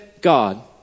God